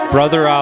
Brother